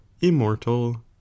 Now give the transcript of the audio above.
immortal